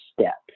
steps